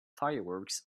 fireworks